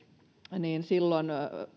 ja